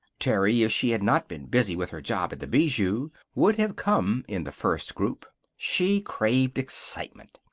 terry, if she had not been busy with her job at the bijou, would have come in the first group. she craved excitement.